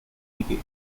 decay